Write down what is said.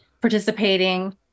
participating